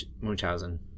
Munchausen